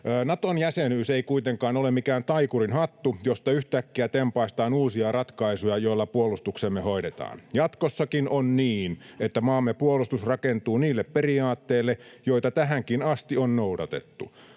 Naton jäsenyys ei kuitenkaan ole mikään taikurinhattu, josta yhtäkkiä tempaistaan uusia ratkaisuja, joilla puolustuksemme hoidetaan. Jatkossakin on niin, että maamme puolustus rakentuu niille periaatteille, joita tähänkin asti on noudatettu.